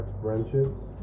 friendships